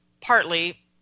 partly